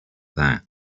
that